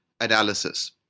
analysis